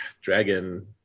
dragon